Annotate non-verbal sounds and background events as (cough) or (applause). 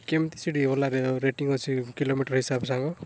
କେମିତି (unintelligible) ଓଲା ରେଟିଂ ଅଛି କିଲୋମିଟର ହିସାବ ସାଙ୍ଗ